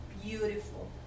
beautiful